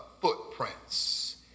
footprints